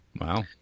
Wow